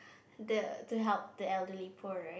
the to help the elderly poor